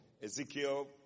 Ezekiel